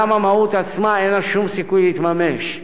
גם המהות עצמה אין לה שום סיכוי להתממש.